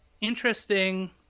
interesting